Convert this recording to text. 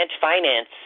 finance